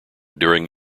during